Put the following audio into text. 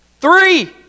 Three